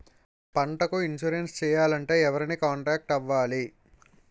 పంటకు ఇన్సురెన్స్ చేయాలంటే ఎవరిని కాంటాక్ట్ అవ్వాలి?